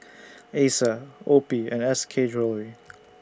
Acer OPI and S K Jewellery